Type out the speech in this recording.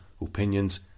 opinions